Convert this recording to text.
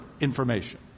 information